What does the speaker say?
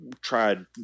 tried